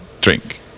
drink